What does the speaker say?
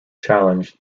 challenged